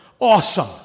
awesome